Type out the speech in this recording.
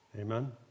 Amen